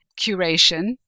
curation